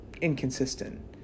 inconsistent